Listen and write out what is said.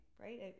right